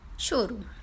showroom